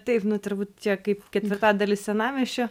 taip nu turbūt tiek kaip ketvirtadalis senamiesčio